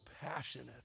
passionate